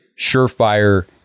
surefire